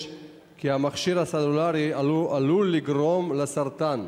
כי המכשיר הסלולרי עלול לגרום לסרטן.